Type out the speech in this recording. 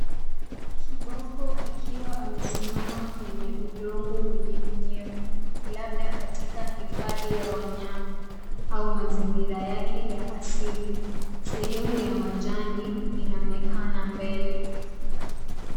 Kiboko akiwa amesimama kwenye udongo wenye unyevu labda katika hifadhi la wanyama au mazingira yake ya asili. Sehemu ya majani inaonekana mbele.